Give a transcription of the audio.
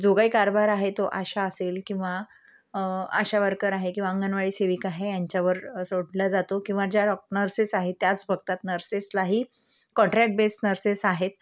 जो काही कारभार आहे तो आशा असेल किंवा आशा वर्कर आहे किंवा अंगणवाडी सेविका हे यांच्यावर सोडल्या जातो किंवा ज्या डॉ नर्सेस आहेत त्याच बघतात नर्सेसला ही कॉन्ट्रॅक्ट बेस नर्सेस आहेत